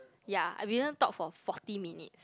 ya we didn't talk for forty minutes